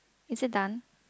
is it done